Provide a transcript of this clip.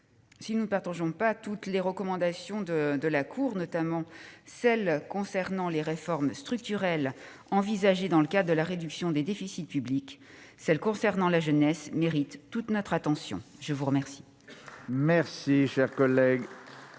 Si nous ne partageons pas toutes les recommandations de la Cour des comptes, notamment celles qui concernent les réformes structurelles envisagées dans le cadre de la réduction des déficits publics, celles qui ont trait à la jeunesse méritent toute notre attention. La parole